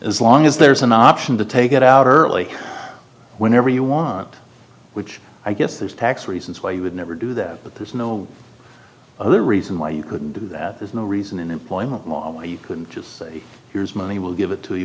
as long as there's an option to take it out early whenever you want which i guess there's tax reasons why you would never do that but there's no other reason why you couldn't do that there's no reason in employment law you couldn't just say here's money will give it to you